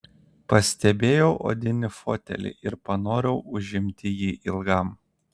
pastebėjau odinį fotelį ir panorau užimti jį ilgam